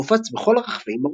והופץ בכל רחבי מרוקו.